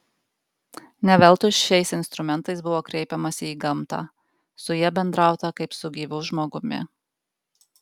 ne veltui šiais instrumentais buvo kreipiamasi į gamtą su ja bendrauta kaip su gyvu žmogumi